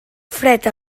fred